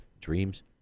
dreams